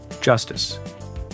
JUSTICE